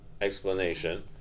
explanation